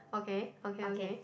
okay okay okay